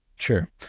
sure